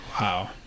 Wow